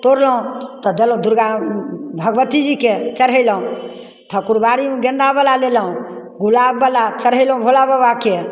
तोड़लहुँ तऽ देलहुँ दुरगा भगवतीजीके चढ़ेलहुँ ठकुरबाड़ीमे गेन्दावला लेलहुँ गुलाबवला चढ़ेलहुँ भोला बाबाके